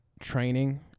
training